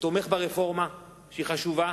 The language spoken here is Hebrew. שתומך ברפורמה שהיא חשובה,